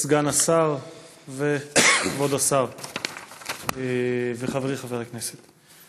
סגן השר וכבוד השר וחברי חבר הכנסת,